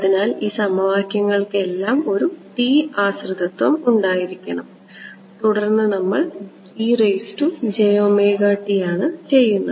അതിനാൽ ഈ സമവാക്യങ്ങൾക്കെല്ലാം ഒരു t ആശ്രിതത്വം ഉണ്ടായിരിക്കണം തുടർന്ന് നമ്മൾ ആണ് ചെയ്യുന്നത്